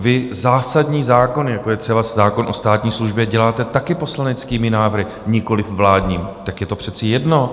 Vy zásadní zákony, jako je třeba zákon o státní službě, děláte také poslaneckými návrhy, nikoliv vládním, tak je to přece jedno.